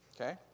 Okay